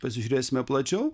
pasižiūrėsime plačiau